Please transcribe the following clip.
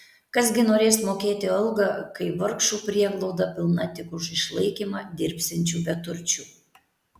kas gi norės mokėti algą kai vargšų prieglauda pilna tik už išlaikymą dirbsiančių beturčių